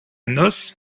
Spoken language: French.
noce